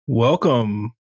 Welcome